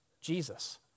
Jesus